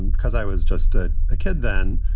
and because i was just a ah kid then,